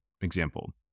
example